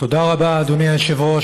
תודה רבה, אדוני היושב-ראש.